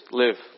live